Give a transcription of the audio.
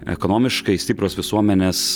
ekonomiškai stiprios visuomenės